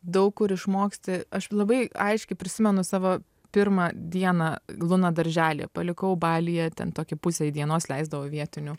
daug kur išmoksti aš labai aiškiai prisimenu savo pirmą dieną luną darželyje palikau balyje ten tokį pusei dienos leisdavo į vietinių